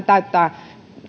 täyttää